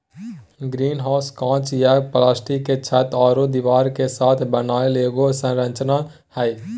greenhouse काँच या plastic के छत आरो दीवार के साथ बनल एगो संरचना हइ